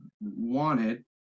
wanted